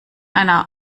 einer